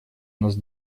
нас